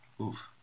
Oof